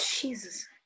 Jesus